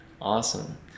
Awesome